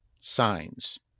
signs